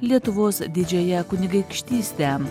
lietuvos didžiąją kunigaikštystę